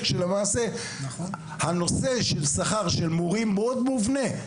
כשלמעשה הנושא של שכר של מורים מאוד מובנה.